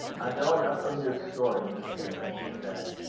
i know enough of your story, miss cameron, he said,